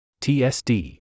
TSD